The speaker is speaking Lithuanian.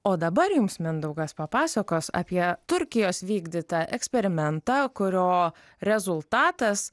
o dabar jums mindaugas papasakos apie turkijos vykdytą eksperimentą kurio rezultatas